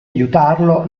aiutarlo